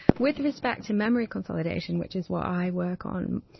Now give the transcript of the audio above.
with respect to memory consolidation, which is what i work on,